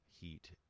heat